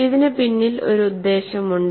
ഇതിന് പിന്നിൽ ഒരു ഉദ്ദേശ്യമുണ്ട്